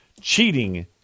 cheating